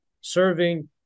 serving